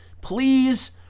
please